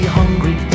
hungry